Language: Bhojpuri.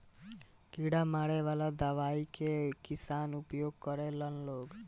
कीड़ा मारे वाला दवाई के किसान उपयोग करेला लोग